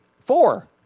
Four